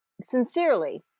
sincerely